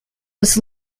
was